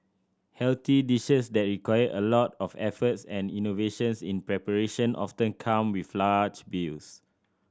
healthy dishes that require a lot of efforts and innovations in preparation often come with large bills